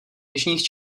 jižních